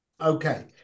Okay